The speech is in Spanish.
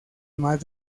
más